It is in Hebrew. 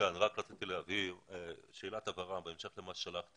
וכנראה גם לא יעזוב בזמן הקרוב,